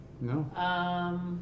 No